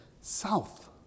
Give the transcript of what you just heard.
south